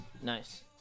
Nice